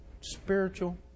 spiritual